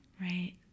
Right